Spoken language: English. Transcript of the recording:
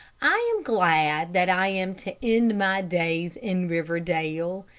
i am glad that i am to end my days in riverdale.